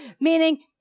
meaning